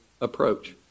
approach